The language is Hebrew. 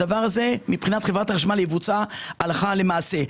הדבר הזה מבחינת חברת החשמל יבוצע הלכה למעשה.